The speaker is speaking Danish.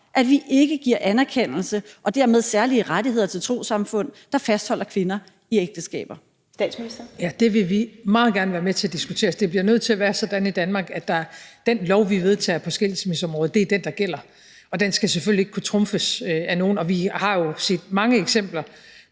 (Karen Ellemann): Statsministeren. Kl. 10:24 Statsministeren (Mette Frederiksen): Ja, det vil vi meget gerne være med til at diskutere. Det bliver nødt til at være sådan i Danmark, at den lov, vi vedtager på skilsmisseområdet, er den, der gælder, og den skal selvfølgelig ikke kunne trumfes af nogen. Og vi har jo set mange eksempler